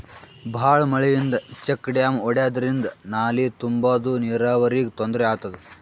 ಭಾಳ್ ಮಳಿಯಿಂದ check dam ಒಡ್ಯಾದ್ರಿಂದ ನಾಲಿ ತುಂಬಾದು ನೀರಾವರಿಗ್ ತೊಂದ್ರೆ ಆತದ